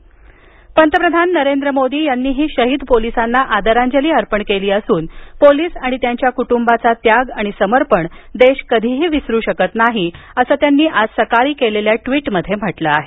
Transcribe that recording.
मोदी पंतप्रधान नरेंद्र मोदी यांनीही शहिद पोलिसांना आदरांजली अर्पण केली असून पोलिस आणि त्यांच्या कुटुंबाचा त्याग समर्पण देश कधीही विसरू शकत नाही असं त्यांनी आज सकाळी केलेल्या ट्वीटमध्ये म्हटलं आहे